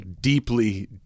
deeply